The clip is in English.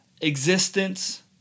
existence